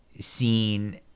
seen